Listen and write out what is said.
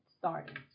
starting